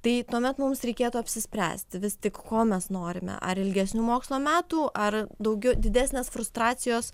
tai tuomet mums reikėtų apsispręsti vis tik ko mes norime ar ilgesnių mokslo metų ar daugiau didesnės frustracijos